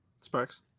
sparks